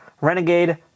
Renegade